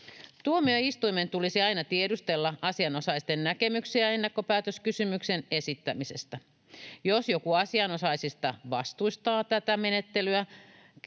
Tuomioistuimen tulisi aina tiedustella asianosaisten näkemyksiä ennakkopäätöskysymyksen esittämisestä. Jos joku asianosaisista vastustaa tätä menettelyä,